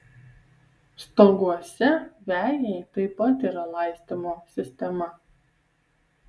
stoguose vejai taip pat yra laistymo sistema